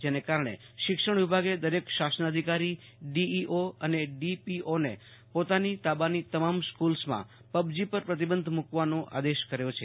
જેને કારણે શિક્ષણ વિભાગે દરેક શાશાનાધિકારી ડીઈઓ અને ડીપીઓને પોતાના તાબાની તમા સ્ક્રલોમાં પબજી પર પ્રતિબંધ મુકવાનો આદેશ કર્યો છે